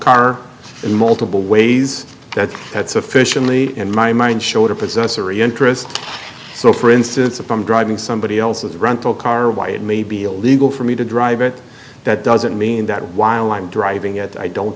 car in multiple ways that had sufficiently in my mind showed a possessory interest so for instance if i'm driving somebody else's rental car why it may be illegal for me to drive it that doesn't mean that while i'm driving it i don't